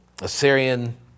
Assyrian